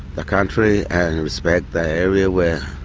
the country and respect the area where